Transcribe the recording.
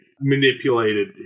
manipulated